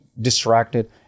distracted